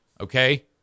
Okay